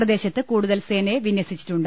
പ്രദേശത്ത് കൂടുതൽ സേനയെ വിന്യസിച്ചിട്ടുണ്ട്